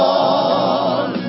on